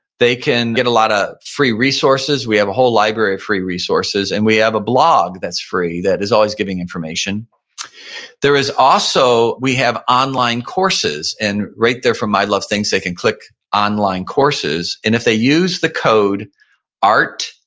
they can get a lot of free resources. we have a whole library of free resources and we have a blog that's free that is always giving information there is also, we have online courses and right there from my love thinks they can click online courses and if they use the code artofman,